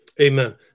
Amen